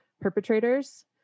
perpetrators